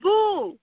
बुं